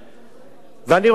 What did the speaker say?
ואני רוצה לומר לכם,